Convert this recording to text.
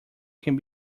can